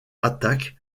attaque